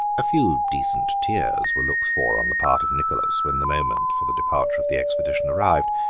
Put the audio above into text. a few decent tears were looked for on the part of nicholas when the moment for the departure of the expedition arrived.